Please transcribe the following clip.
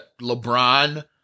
LeBron